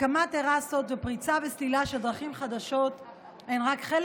הקמת טרסות ופריצה וסלילה של דרכים חדשות הן רק חלק